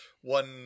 one